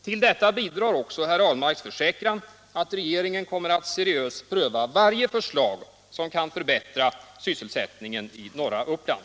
Till detta kommer herr Ahlmarks försäkran här att regeringen ämnar seriöst pröva varje förslag som kan förbättra sysselsättningen i norra Uppland.